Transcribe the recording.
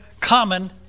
common